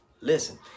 Listen